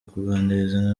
kuganiriza